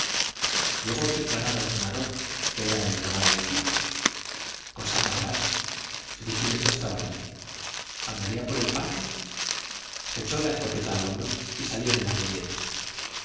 llegó quintanar al cenador que era el lugar de cita cosa más rara frígilis no estaba allí andaría por el parque se echó la escopeta al hombro y salió de la glorieta